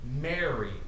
Mary